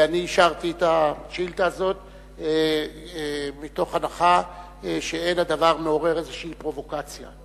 אישרתי את השאילתא הזאת מתוך הנחה שאין הדבר מעורר איזו פרובוקציה.